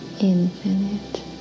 Infinite